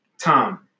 Tom